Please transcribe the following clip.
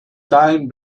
time